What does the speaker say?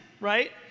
right